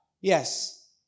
yes